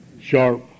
sharp